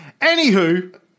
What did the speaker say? Anywho